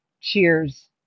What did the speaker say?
Cheers